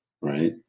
right